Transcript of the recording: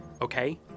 okay